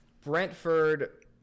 Brentford